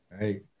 Right